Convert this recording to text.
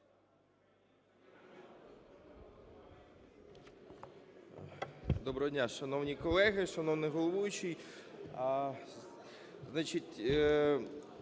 Доброго дня, шановні колеги, шановний головуючий!